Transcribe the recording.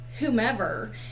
whomever